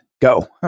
go